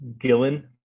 gillen